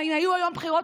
אם היו היום בחירות,